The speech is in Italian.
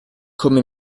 come